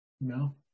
No